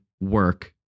work